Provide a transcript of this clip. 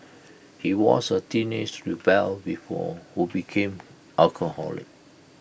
he was A teenage rebel before who became alcoholic